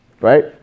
right